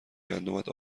گندمت